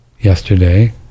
yesterday